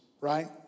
right